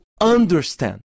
understand